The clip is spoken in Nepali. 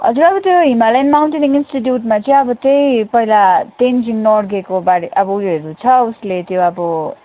हजुर अब त्यो हिमालयन माउन्टेनरिङ इन्स्टिच्युटमा चाहिँ अब त्यही पहिला तेन्जिङ नर्गेको बारे अब उयोहरू छ उसले त्यो अब